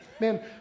Man